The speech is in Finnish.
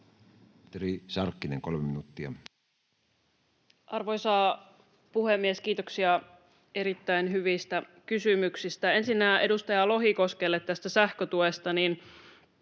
Sarkkinen, kolme minuuttia. Arvoisa puhemies! Kiitoksia erittäin hyvistä kysymyksistä. Ensinnä edustaja Lohikoskelle tästä sähkötuesta: